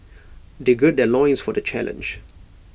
they gird their loins for the challenge